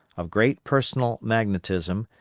of great personal magnetism,